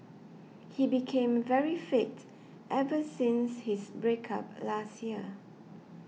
he became very fit ever since his break up last year